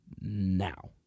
now